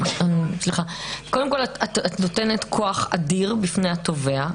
את נותנת כוח אדיר בפני התובע.